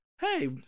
Hey